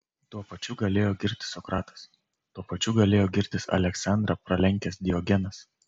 tuo pačiu galėjo girtis sokratas tuo pačiu galėjo girtis aleksandrą pralenkęs diogenas